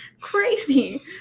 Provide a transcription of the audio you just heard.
crazy